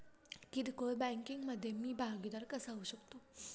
किरकोळ बँकिंग मधे मी भागीदार कसा होऊ शकतो?